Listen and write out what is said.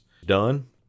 Done